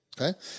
Okay